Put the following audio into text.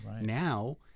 Now